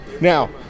Now